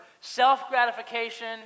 self-gratification